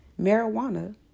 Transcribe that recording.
marijuana